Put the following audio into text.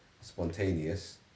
spontaneous